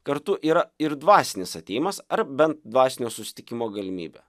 kartu yra ir dvasinis atėjimas ar bent dvasinio susitikimo galimybė